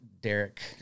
Derek